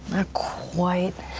ah quite,